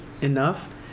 enough